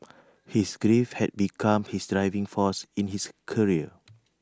his grief had become his driving force in his career